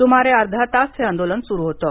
सुमारे अर्धा तास हे आंदोलन सुरू होतं